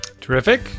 Terrific